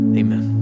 amen